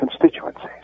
constituencies